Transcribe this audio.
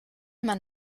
man